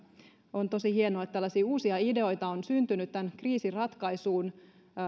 on tosi hienoa että tällaisia uusia ideoita on syntynyt tämän kriisin ratkaisuun